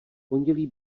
pondělí